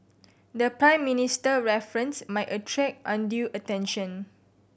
the Prime Minister reference might attract undue attention